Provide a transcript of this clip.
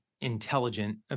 intelligent